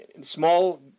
small